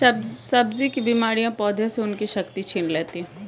सब्जी की बीमारियां पौधों से उनकी शक्ति छीन लेती हैं